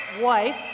wife